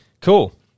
cool